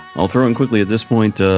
all thrown quickly at this point. ah